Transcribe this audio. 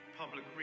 public